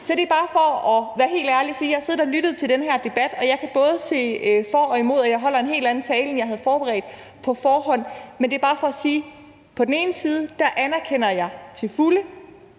Så det er bare for at være helt ærlig og sige, at jeg har siddet og lyttet til den her debat, og jeg kan både se for og imod. Og jeg holder en helt anden tale, end jeg havde forberedt på forhånd. Men det er bare for at sige, at på den ene side anerkender jeg til fulde,